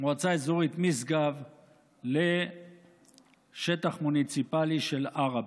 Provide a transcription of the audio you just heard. מועצה אזורית משגב לשטח מוניציפלי של עראבה,